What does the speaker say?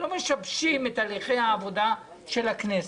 לא משבשים את תהליכי העבודה של הכנסת.